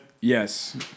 Yes